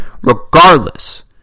regardless